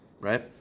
Right